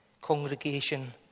congregation